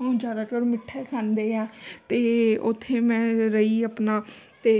ਉਹ ਜ਼ਿਆਦਾਤਰ ਮਿੱਠਾ ਖਾਂਦੇ ਹਾਂ ਅਤੇ ਉੱਥੇ ਮੈਂ ਰਹੀ ਆਪਣਾ ਤਾਂ